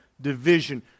division